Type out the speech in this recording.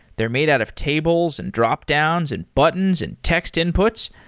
they're made out of tables, and dropdowns, and buttons, and text inputs.